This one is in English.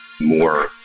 more